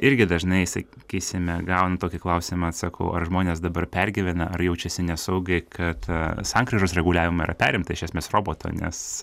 irgi dažnai sakysime gauni tokį klausimą atsakau ar žmonės dabar pergyvena ar jaučiasi nesaugiai kad sankryžos reguliavimą yra perimta iš esmės roboto nes